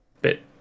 bit